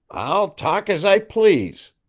i'll talk as i please,